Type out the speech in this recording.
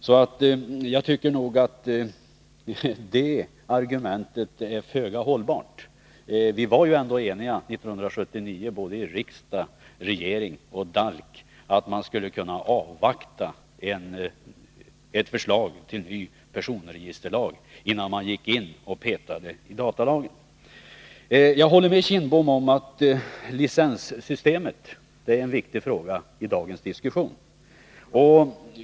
Det argumentet är därför föga hållbart. Vi, riksdag, regering och DALK, var ändå eniga 1979 om att man skulle kunna avvakta ett förslag till ny personregisterlag, innan man gick in och ändrade i datalagen. Jag håller med Bengt Kindbom om att licenssystemet är en viktig fråga i dagens diskussion.